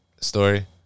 story